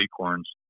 acorns